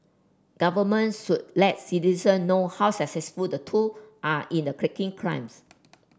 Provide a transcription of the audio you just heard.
governments should let citizen know how successful the tool are in the cracking crimes